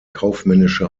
kaufmännische